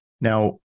Now